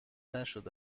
نشده